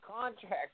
contract